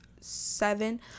seven